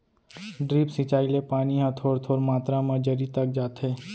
drip सिंचई ले पानी ह थोर थोर मातरा म जरी तक जाथे